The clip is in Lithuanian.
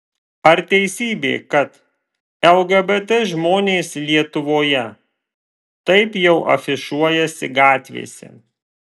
ar teisybė kad lgbt žmonės lietuvoje taip jau afišuojasi gatvėse